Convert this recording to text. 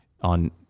on